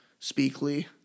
speakly